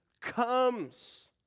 comes